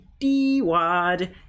d-wad